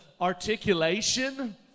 articulation